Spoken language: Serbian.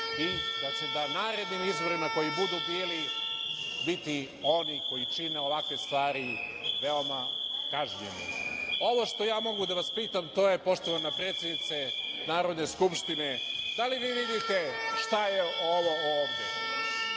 da će na narednim izborima koji budu bili, biti oni koji čine ovakve stvari, veoma kažnjeni. Ono što ja mogu da vas pitam, to je poštovana predsednice Narodne Skupštine, da li vi vidite šta je ovo ovde?